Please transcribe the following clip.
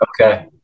Okay